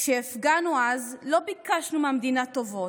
כשהפגנו אז לא ביקשנו מהמדינה טובות,